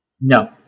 No